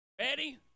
ready